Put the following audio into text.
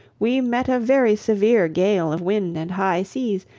we met a very severe gale of wind and high seas,